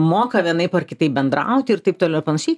moka vienaip ar kitaip bendrauti ir taip toliau ir panašiai